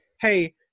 hey